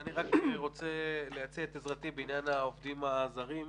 אני רק רוצה להציע את עזרתי בעניין העובדים הזרים,